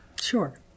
Sure